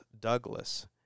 Douglas